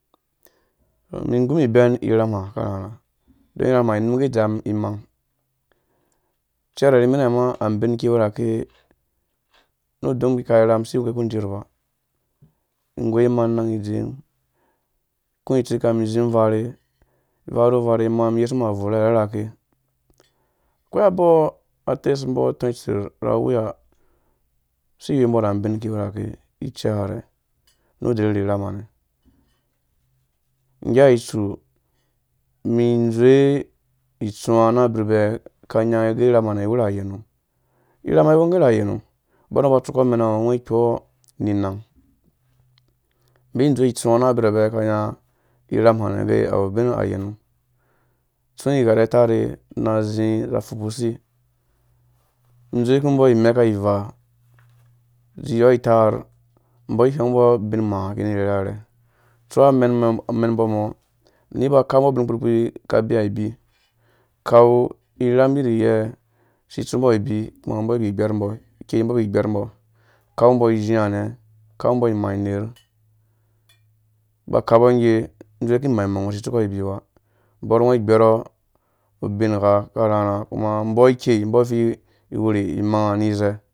Umum igu ibɛn irham ha aka rharha irham ha inungge idzamum imang, kɛrɛ rimine maa abin kɛ iki wurake uonumum iki ikaurham asi iwuke uku unjiir ba igoi mum anang idzi, iku itsikam mum abvur arherherke akoi ambɔ atesu mbɔ atɔ itser na awiya usi iwembo no abin mum iki iwurake icee hare udalili irham hare nggea itsu umi indzowe itsuwa na abirabe aka nya age irham harɛ iwura agenu irhama iwing ge na yenum ubor uba utsukɔ amen ngo ikpɔɔ nininang umum imbe indzowe itsuwa na abirabe aka nya irham harɛ uga awu ubin ayenum utsu igherha utare na azi azia fu nu usi idzowu ku umbɔ imɛka ivaa uziɔ ubinma iki ini rherhe hare ustsua amen mbɔ amɔɔ miba kau mbɔ ubinkpi uku ubee abi ukau irham iyiriyɛ asi itsumbo abi kuma umbo ai gbigbermbo ukau mbɔ izhia nɛ ukau mbɔ imaner uba kapo ngge ing dzowuku imang-mang ungo usi itsukɔ abi ba, bɔr ungo igberɔ ubingha aka rharha ukuma umbɔ ikɛi, umbɔ isi iwuri imangnga ize